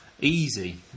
easy